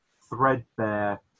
threadbare